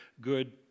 good